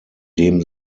dem